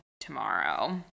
tomorrow